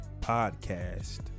podcast